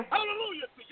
Hallelujah